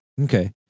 Okay